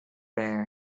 bear